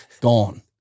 gone